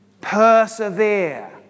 persevere